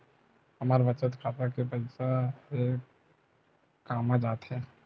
हमर बचत खाता के पईसा हे कामा जाथे?